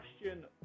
question